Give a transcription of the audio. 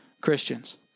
Christians